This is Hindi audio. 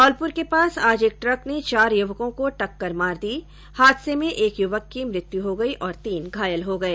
धौलपुर के पास आज एक ट्रक ने चार युवकों को टक्कर मार दी हादसे में एक युवक की मृत्यु हो गयी और तीन घायल हो गए